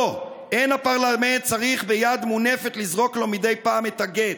/ לא! אין הפרלמנט צריך ביד מונפת / לזרוק לו מדי פעם את הגט.